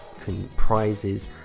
comprises